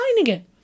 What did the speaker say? again